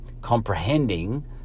comprehending